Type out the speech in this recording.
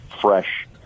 fresh